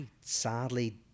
sadly